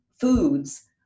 foods